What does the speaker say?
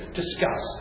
discuss